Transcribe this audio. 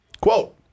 Quote